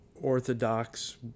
orthodox